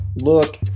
look